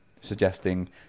suggesting